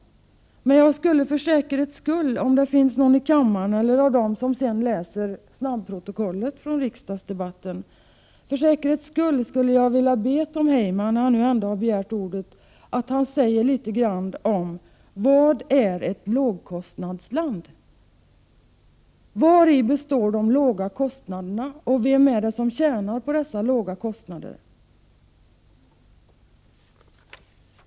Men för säkerhets skull — med tanke på dem som befinner sig i kammaren och dem som sedan läser snabbprotokollet från riksdagsdebatten — skulle jag vilja be Tom Heyman, när han nu ändå har begärt ordet, att säga litet om vad ett lågkostnadsland är. Vari består de låga kostnaderna, och vem är det som tjänar på dessa låga kostnader?